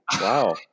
Wow